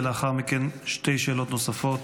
ולאחר מכן שתי שאלות נוספות,